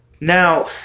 Now